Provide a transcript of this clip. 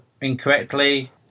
incorrectly